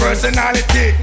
personality